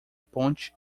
ponte